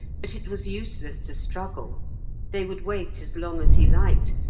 but it was useless to struggle they would wait as long as he liked,